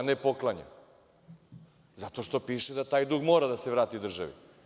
Ne poklanja zato što piše da taj dug mora da se vrati državi.